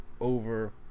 over